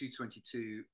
222